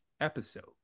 episode